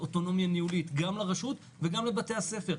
גם לרשות וגם לבתי הספר.